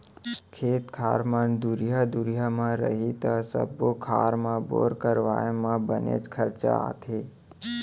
खेत खार मन दुरिहा दुरिहा म रही त सब्बो खार म बोर करवाए म बनेच खरचा आथे